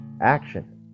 action